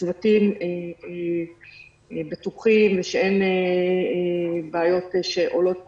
שהצוותים בטוחים ושאין בעיות שעולות בשטח,